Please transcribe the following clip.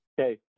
Okay